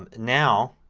um now